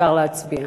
אפשר להצביע.